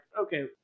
okay